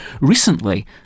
Recently